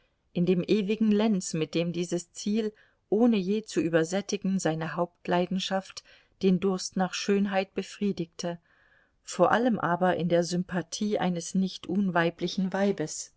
in dem ewigen lenz mit dem dieses ziel ohne je zu übersättigen seine hauptleidenschaft den durst nach schönheit befriedigte vor allem aber in der sympathie eines nicht unweiblichen weibes